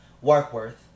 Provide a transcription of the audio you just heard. Warkworth